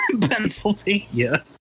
Pennsylvania